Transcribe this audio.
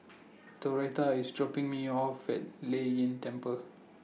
Doretha IS dropping Me off At Lei Yin Temple